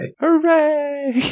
Hooray